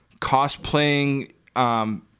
cosplaying